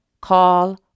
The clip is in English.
call